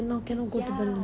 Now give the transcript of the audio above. ya